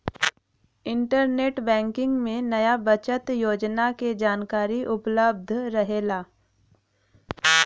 internet banking में नया बचत योजना क जानकारी उपलब्ध रहेला